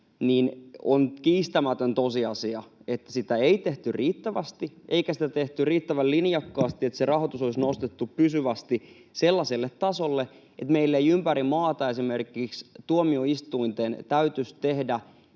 on kiistämätön tosiasia, että sitä ei tehty riittävästi eikä sitä tehty riittävän linjakkaasti, niin että se rahoitus olisi nostettu pysyvästi sellaiselle tasolle, että meillä ei ympäri maata tuomioistuinten esimerkiksi täytyisi tehdä